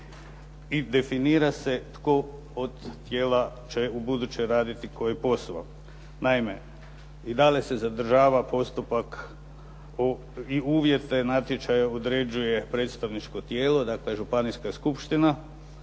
i definira se tko od tijela će ubuduće raditi koji posao. Naime, i dalje se zadržava postupak i uvjete natječaja određuje predstavničko tijelo, dakle županijska skupština,